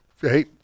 hey